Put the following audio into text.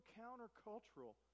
countercultural